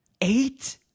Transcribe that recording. Eight